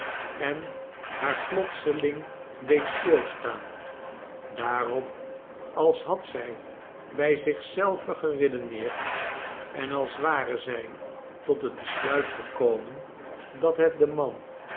en haar plotseling deed stilstaan daarop als had zij bij zich zelve geredeneerd en als ware zij tot het besluit gekomen dat het de man